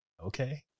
okay